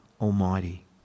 Almighty